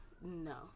No